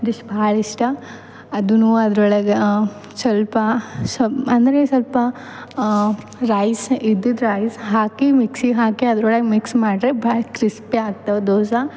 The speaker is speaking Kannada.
ಡಿಶ್ ಭಾಳ ಇಷ್ಟ ಅದು ಅದ್ರ ಒಳಗೆ ಸ್ವಲ್ಪ ಸುಮ್ ಅಂದರೆ ಸ್ವಲ್ಪ ರೈಸ್ ಇದ್ದಿದು ರೈಸ್ ಹಾಕಿ ಮಿಕ್ಸಿಗೆ ಹಾಕಿ ಅದ್ರೊಳಗೆ ಮಿಕ್ಸ್ ಮಾಡ್ರೆ ಭಾಳ್ ಕ್ರಿಸ್ಪೀ ಆಗ್ತವೆ ದೋಸೆ